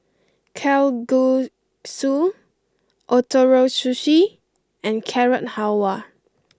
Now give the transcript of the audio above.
Kalguksu Ootoro Sushi and Carrot Halwa